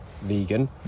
vegan